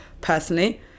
personally